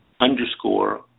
underscore